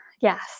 Yes